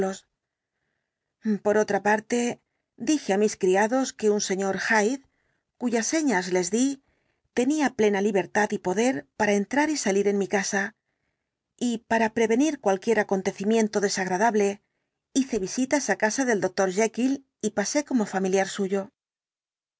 por otra parte dije á mis criados que un señor hyde cuyas señas el dr jekyll les di tenía plena libertad y poder para entrar y salir en mi casa y para prevenir cualquier acontecimiento desagradable hice visitas á casa del doctor jekyll y pasé como familiar suyo